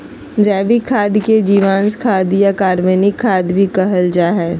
जैविक खाद के जीवांश खाद या कार्बनिक खाद भी कहल जा हइ